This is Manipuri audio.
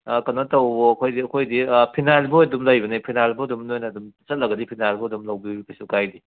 ꯀꯩꯅꯣ ꯇꯧꯋꯣ ꯑꯩꯈꯣꯏꯖꯦ ꯑꯩꯈꯣꯏꯗꯤ ꯐꯤꯅꯥꯏꯜꯐꯥꯎ ꯑꯗꯨꯝ ꯂꯩꯕꯅꯦ ꯐꯤꯅꯥꯏꯜꯐꯥꯎ ꯑꯗꯨꯝ ꯅꯣꯏꯅ ꯑꯗꯨꯝ ꯆꯠꯂꯒꯗꯤ ꯐꯤꯅꯥꯏꯜꯐꯥꯎ ꯑꯗꯨꯝ ꯂꯧꯕꯤꯌꯨ ꯀꯩꯁꯨ ꯀꯥꯏꯗꯦ